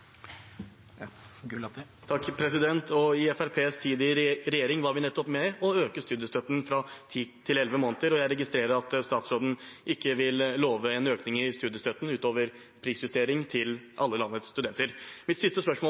I Fremskrittspartiets tid i regjering var vi nettopp med på å øke studiestøtten fra ti til elleve måneder. Jeg registrerer at statsråden ikke vil love en økning i studiestøtten til alle landets studenter utover prisjustering. Mitt siste spørsmål